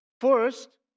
First